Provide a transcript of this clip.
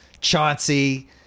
Chauncey